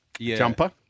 jumper